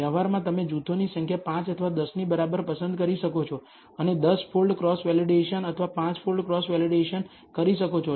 વ્યવહારમાં તમે જૂથોની સંખ્યા 5 અથવા 10 ની બરાબર પસંદ કરી શકો છો અને 10 ફોલ્ડ ક્રોસ વેલિડેશન અથવા 5 ફોલ્ડ ક્રોસ વેલિડેશન કરી શકો છો